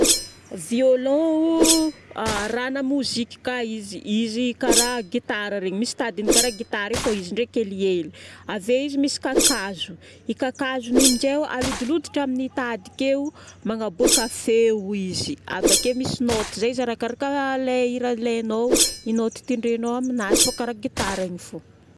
Violon. Rahana moziky ka izy. Izy karaha gitara regny. Misy tadiny karaha gitara io fô izy ndraiky helihely. Ave izy misy kakazo. Io kakazony aminjay io, alodiloditra amin'ny tady keo magnaboaka feo izy. Avake misy note zay izy arakaraka lay hira ilaignao i note tendrenao aminazy fô karaha gitara igny fogna.